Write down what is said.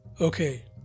Okay